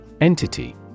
Entity